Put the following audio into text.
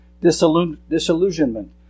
disillusionment